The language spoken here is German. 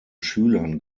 schülern